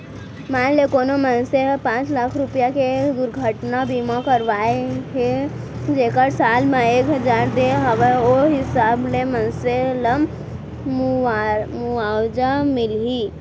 मान ले कोनो मनसे ह पॉंच लाख रूपया के दुरघटना बीमा करवाए हे जेकर साल म एक हजार दे हवय ओ हिसाब ले मनसे ल मुवाजा मिलही